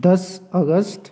दस अगस्त